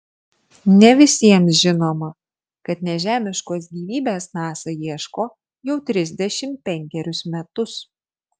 ne visiems žinoma kad nežemiškos gyvybės nasa ieško jau trisdešimt penkerius metus